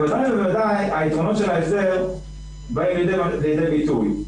בוודאי ובוודאי היתרונות של ההסדר באים לידי ביטוי.